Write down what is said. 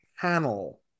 panel